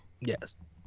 yes